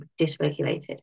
dysregulated